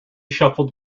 shuffled